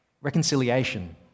reconciliation